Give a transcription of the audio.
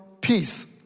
peace